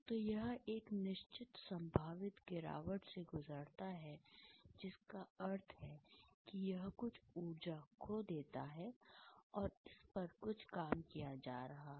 तो यह एक निश्चित संभावित गिरावट से गुजरता है जिसका अर्थ है कि यह कुछ ऊर्जा खो देता है और इस पर कुछ काम किया जा रहा है